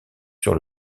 sur